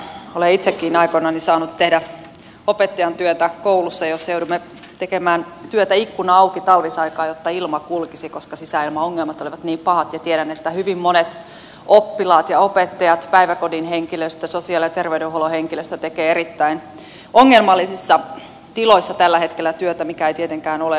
olen itsekin aikoinani saanut tehdä opettajan työtä koulussa jossa jouduimme tekemään työtä ikkuna auki talvisaikaan jotta ilma kulkisi koska sisäilmaongelmat olivat niin pahat ja tiedän että hyvin monet oppilaat ja opettajat päiväkodin henkilöstö sosiaali ja terveydenhuollon henkilöstö tekevät erittäin ongelmallisissa tiloissa tällä hetkellä työtä mikä ei tietenkään ole oikein